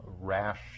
rash